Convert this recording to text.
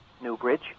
Newbridge